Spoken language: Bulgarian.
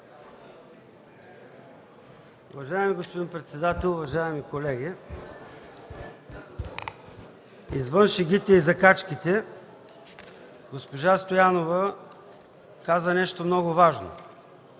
Уважаеми господин председател, уважаеми колеги! Извън шегите и закачките, госпожа Стоянова каза нещо много важно,